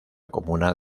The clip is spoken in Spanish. comuna